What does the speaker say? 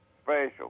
special